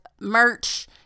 merch